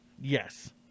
Yes